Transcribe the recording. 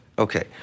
Okay